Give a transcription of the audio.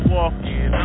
walking